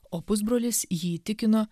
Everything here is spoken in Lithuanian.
o pusbrolis jį įtikino